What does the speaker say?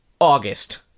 August